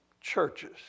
churches